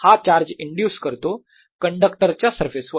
हा charge induce करतो conductor च्या सरफेसवर